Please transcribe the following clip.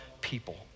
people